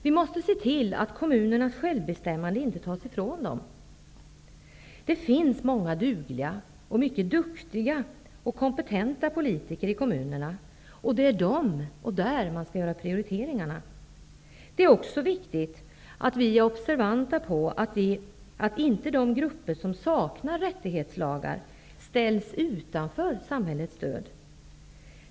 Vi måste se till att kommunernas självbestämmande inte tas ifrån dem. Det finns många dugliga och mycket duktiga och kompetenta politiker i kommunerna. Det är där och av dem som prioriteringarna skall göras. Det är också viktigt att vi är observanta på att de grupper som saknar rättighetslagar inte ställs utanför samhällets stöd.